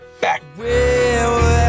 back